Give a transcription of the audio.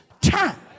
time